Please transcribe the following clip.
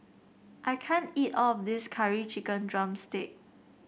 I can't eat all of this Curry Chicken drumstick